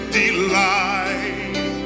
delight